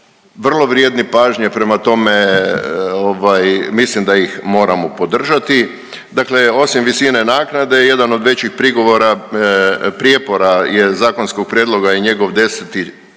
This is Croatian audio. vrlo vrijedni pažnje prema tome. Mislim da ih moramo podržati. Dakle, osim visine naknade jedan od većih prigovora, prijepora zakonskog prijedloga je njegov članak